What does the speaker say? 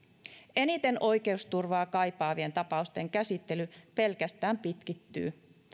eniten oikeusturvaa kaipaavien tapausten käsittely pelkästään pitkittyy